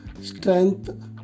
strength